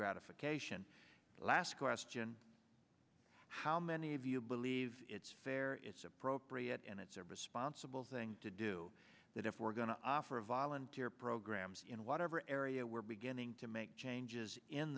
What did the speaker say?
gratification last question how many of you believe it's fair it's appropriate and it's a responsible thing to do that if we're going to offer a volunteer programs in whatever area we're beginning to make changes in